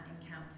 encounter